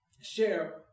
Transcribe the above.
share